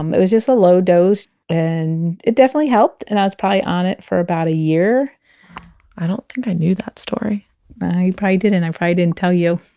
um it was just a low dose and it definitely helped. and i was probably on it for about a year i don't think i knew that story you probably didn't. i probably didn't tell you.